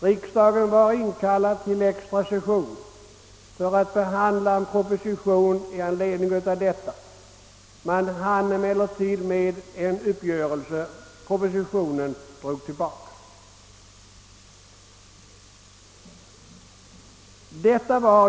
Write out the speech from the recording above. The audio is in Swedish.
Riksdagen inkallades då till extra session för att behandla en i anledning av strejken framlagd proposition, men uppgörelse träffades och propositionen togs tillbaka.